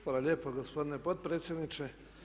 Hvala lijepa gospodine potpredsjedniče.